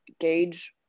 gauge